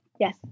Yes